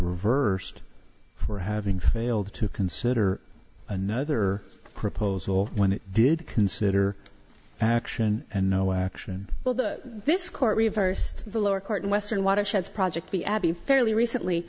reversed for having failed to consider another proposal when it did consider that action and no action well that this court reversed the lower court in western watersheds project the abbey fairly recently